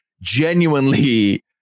genuinely